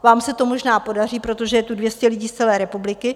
Vám se to možná podaří, protože je tu 200 lidí z celé republiky.